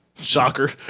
Shocker